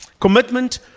Commitment